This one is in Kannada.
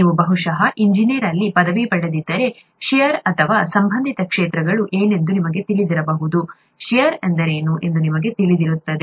ನೀವು ಬಹುಶಃ ಇಂಜಿನಿಯರಿಂಗ್ ಅಲ್ಲಿ ಪದವಿ ಪಡೆದಿದ್ದರೆ ಷೇರ್ ಅಥವಾ ಸಂಬಂಧಿತ ಕ್ಷೇತ್ರಗಳು ಏನೆಂದು ನಿಮಗೆ ತಿಳಿದಿರಬಹುದು ಷೇರ್ ಎಂದರೇನು ಎಂದು ನಿಮಗೆ ತಿಳಿದಿರುತ್ತದೆ